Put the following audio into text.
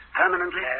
permanently